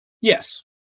Yes